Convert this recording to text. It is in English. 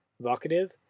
Vocative